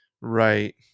right